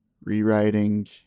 rewriting